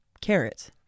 carrot